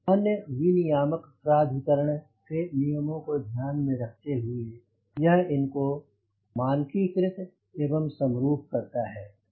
अन्य विनियामक प्राधिकरण के नियमों को ध्यान में रखते हुए यह इनको मानकीकृत एवं समरूप करता है